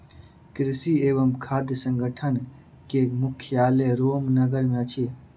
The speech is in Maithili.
कृषि एवं खाद्य संगठन के मुख्यालय रोम नगर मे अछि